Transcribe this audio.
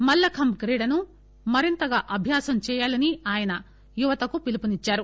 మల్ల ఖంబ్ క్రీడను మరింతగా అభ్యాసం చేయాలని ఆయన యువతకు పిలుపునిచ్చారు